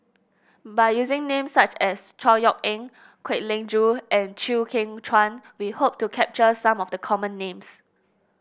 by using names such as Chor Yeok Eng Kwek Leng Joo and Chew Kheng Chuan we hope to capture some of the common names